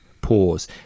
pause